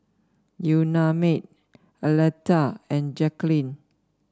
Unnamed Aleta and Jackeline